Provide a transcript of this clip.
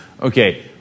Okay